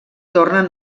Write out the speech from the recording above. tornen